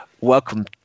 welcome